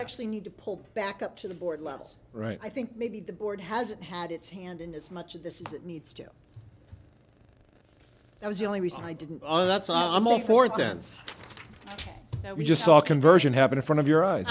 actually need to pull back up to the board levels right i think maybe the board has had its hand in as much of this is it needs to that was the only reason i didn't and that's all i'm all for dance we just saw conversion happen in front of your